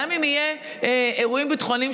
גם אם יהיו אירועים ביטחוניים,